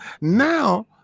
Now